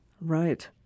Right